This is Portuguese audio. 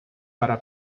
para